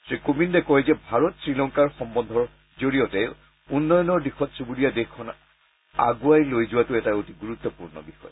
শ্ৰী কোবিন্দে কয় যে ভাৰত শ্ৰীলংকাৰ সম্বন্ধৰ জৰিয়তে উন্নয়নৰ দিশত চুবুৰীয়া দেশখন আগুৱাই লৈ যোৱাটো এটা অতি গুৰুত্বপূৰ্ণ বিষয়